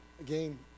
Again